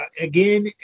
Again